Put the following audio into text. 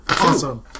Awesome